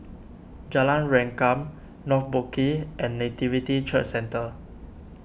Jalan Rengkam North Boat Quay and Nativity Church Centre